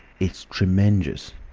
it's tremenjous.